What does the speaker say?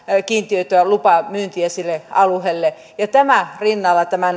kiintiöityä lupamyyntiä sinne alueelle ja tämän lohiasian rinnalla tämä